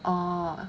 oh